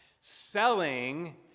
selling